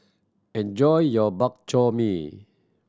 enjoy your Bak Chor Mee